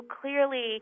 clearly